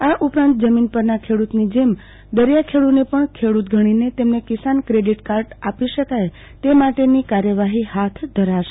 આ ઉપરાંત જમીન પરના ખેડૂતની જેમ દરિયા ખેડૂને પણ ખેડૂત ગણીને તેમને કિસાન ક્રેડિટ કાર્ડ આપી શકાય તે માટેની કાર્યવાહી હાથ ધરાશે